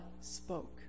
spoke